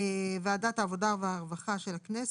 ועדת העבודה והרווחה של הכנסת,